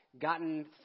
gotten